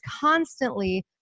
constantly